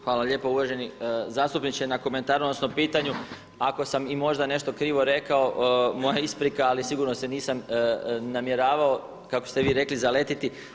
Hvala lijepo uvaženi zastupniče na komentaru, odnosno pitanju ako sam i možda nešto krivo rekao, moja isprika ali sigurno se nisam namjeravao kako ste vi rekli zaletiti.